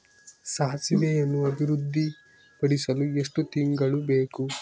ಸಾಸಿವೆಯನ್ನು ಅಭಿವೃದ್ಧಿಪಡಿಸಲು ಎಷ್ಟು ತಿಂಗಳು ಬೇಕು?